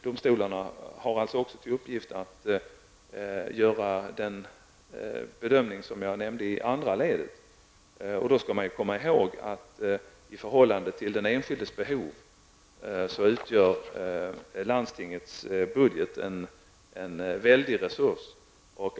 Domstolarna har således också till uppgift att göra den sistnämnda bedömningen. Man måste då komma ihåg att i förhållande till den enskildes behov utgör landstingets budget en väldig resurs.